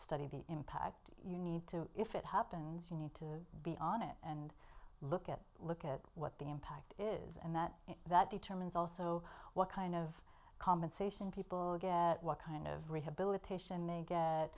study the impact you need to if it happens you need to be on it and look at look at what the impact is and that that determines also what kind of compensation people get what kind of rehabilitation